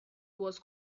was